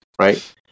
right